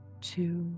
Two